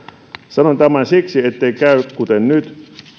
sanon tämän siksi ettei käy kuten nyt